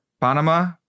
Panama